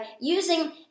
using